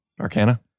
Arcana